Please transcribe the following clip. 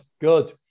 good